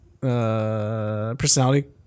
personality